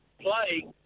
play